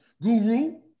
Guru